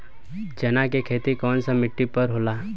चन्ना के खेती कौन सा मिट्टी पर होला?